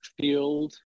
field